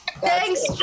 Thanks